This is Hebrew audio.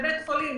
שבית חולים